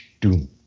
doom